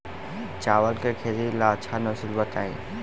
चावल के खेती ला अच्छा नस्ल बताई?